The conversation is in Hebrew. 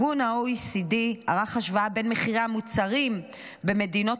ה-OECD ערך השוואה בין מחירי המוצרים במדינות